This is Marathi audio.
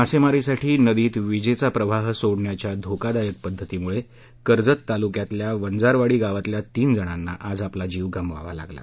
मासेमारीसाठी नदीत वीजेचा प्रवाह सोडण्याच्या धोकादायक पद्धतीमुळे कर्जत तालुक्यातल्या वंजारवाडी गावातल्या तीन जणांना आज आपला जीव गमवावा लागला